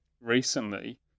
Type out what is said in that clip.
recently